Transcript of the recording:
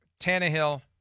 Tannehill